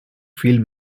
field